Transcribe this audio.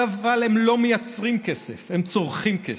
אבל הם לא מייצרים כסף, הם צורכים כסף.